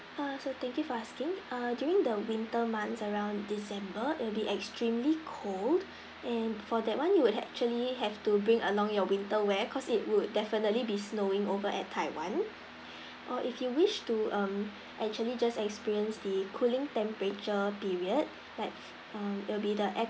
err so thank you for asking err during the winter months around december it will be extremely cold and for that one you'll actually have to bring along your winter wear cause it would definitely be snowing over at taiwan or if you wish to mm actually just experience the cooling temperature period like mm it will be the